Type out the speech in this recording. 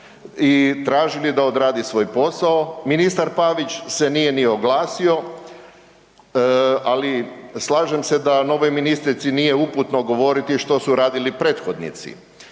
i tražili da odradi svoj posao, ministar Pavić se nije ni oglasio, ali slažem se da novoj ministrici nije uputno govoriti što su radili prethodnici,